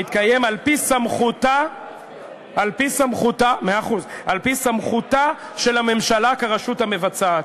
מתקיים על-פי סמכותה של הממשלה כרשות המבצעת.